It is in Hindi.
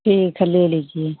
ठीक है ले लीजिए